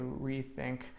rethink